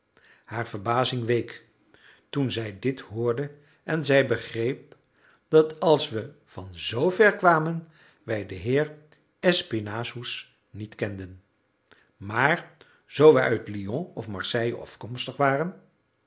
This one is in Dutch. haar verbazing week toen zij dit hoorde en zij begreep dat als we van zver kwamen wij den heer espinassous niet kenden maar zoo wij uit lyon of marseille afkomstig waren